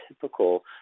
typical